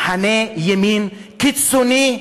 מחנה ימין קיצוני.